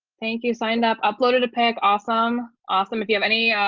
thank you signed up uploaded a pic awesome. awesome. if you have any, yeah